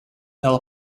tell